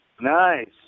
Nice